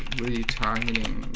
will you try?